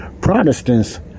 Protestants